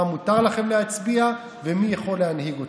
מה מותר לכם להצביע ומי יכול להנהיג אתכם.